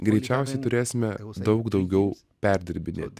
greičiausiai turėsime perdirbinėti